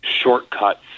shortcuts